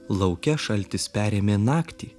lauke šaltis perėmė naktį